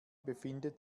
befindet